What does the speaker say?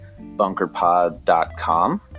BunkerPod.com